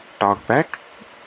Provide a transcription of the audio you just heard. TalkBack